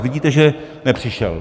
Vidíte, že nepřišel.